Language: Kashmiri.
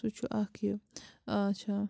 سُہ چھُ اَکھ یہِ آچھا